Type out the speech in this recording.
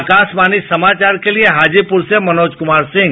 आकाशवाणी समाचार के लिए हाजीपुर से मनोज कुमार सिंह